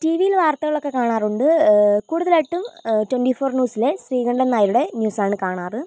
ടീവിൽ വാർത്തകൾ ഒക്കെ കാണാറുണ്ട് കുടുതലായിട്ടും ട്വന്റി ഫോർ ന്യൂസിലെ ശ്രീകണ്ഠനായരുടെ ന്യൂസ്സാണ് കാണാറ്